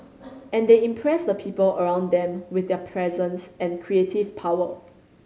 and they impress the people around them with their presence and creative power